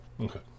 Okay